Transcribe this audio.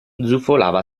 zufolava